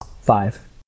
Five